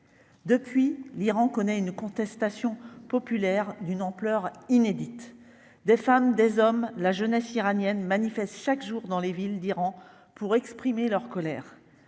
depuis l'Iran connaît une contestation populaire d'une ampleur inédite des femmes, des hommes, la jeunesse iranienne manifestent chaque jour dans les villes d'Iran pour exprimer leur colère,